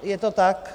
Je to tak?